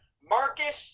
Marcus